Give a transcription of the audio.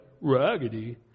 Raggedy